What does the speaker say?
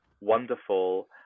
wonderful